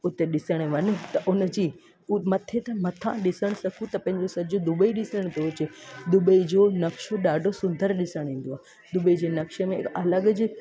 उते ॾिसणु वञु उनजी हू मथे तां मथां ॾिसण त पंहिंजो सॼो दुबई ॾिसण थो अचे दुबई जो नक्शो ॾाढो सुंदर ॾिसणु ईंदो आहे दुबई जे नक्शे में अलॻि